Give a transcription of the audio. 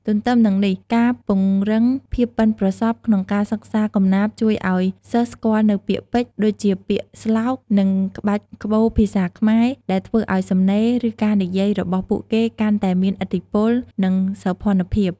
ទទ្ទឹមនឹងនេះ ការពង្រឹងភាពប៉ិនប្រសប់ក្នុង ការសិក្សាកំណាព្យជួយឱ្យសិស្សស្គាល់នូវពាក្យពេចន៍ ដូចជាពាក្យស្លោក និងក្បាច់ក្បូរភាសាខ្មែរ ដែលធ្វើឱ្យសំណេរ ឬការនិយាយរបស់ពួកគេកាន់តែមានឥទ្ធិពល និងសោភណភាព។